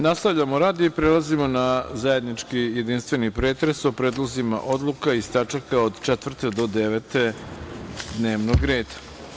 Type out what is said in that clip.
Nastavljamo rad i prelazimo na zajednički jedinstveni pretres o predlozima odluka iz tačaka od 4. do 9. dnevnog reda.